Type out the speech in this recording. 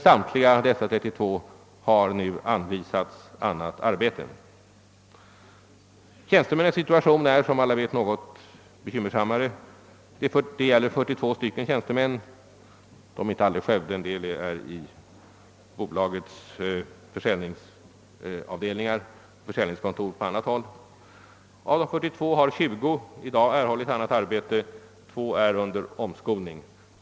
Samtliga dessa 32 har nu anvisats annat arbete. Tjänstemännens situation är, som alla vet, något bekymmersammare. Det gäller 42 tjänstemän — samtliga finns inte i Skövde utan en del är anställda vid bolagets försäljningskontor på annat håll. Av dessa 42 har 20 i dag erhållit annat arbete; två är under omskolning.